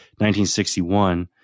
1961